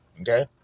Okay